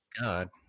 God